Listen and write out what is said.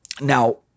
Now